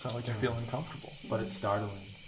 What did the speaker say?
like i feel uncomfortable. but it's startling.